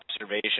observation